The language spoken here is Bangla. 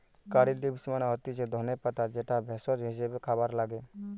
কারী লিভস মানে হতিছে ধনে পাতা যেটা ভেষজ হিসেবে খাবারে লাগে